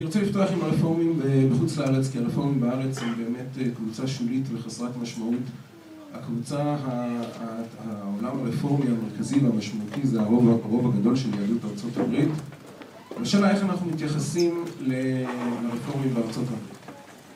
אני רוצה לפתוח עם הרפורמים בחוץ לארץ, כי הרפורמים בארץ הם באמת קבוצה שולית וחסרת משמעות. הקבוצה, העולם הרפורמי, המרכזי והמשמעותי זה הרוב הרוב הגדול של יהדות ארצות הברית. השאלה איך אנחנו מתייחסים לרפורמים בארצות הברית.